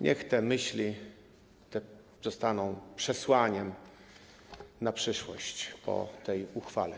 Niech te myśli zostaną przesłaniem na przyszłość, po tej uchwale.